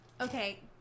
okay